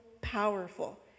powerful